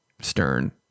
stern